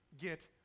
get